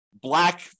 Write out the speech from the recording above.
black